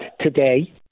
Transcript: today